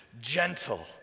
gentle